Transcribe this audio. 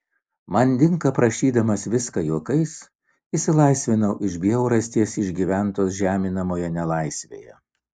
manding aprašydamas viską juokais išsilaisvinau iš bjaurasties išgyventos žeminamoje nelaisvėje